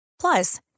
Plus